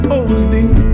Holding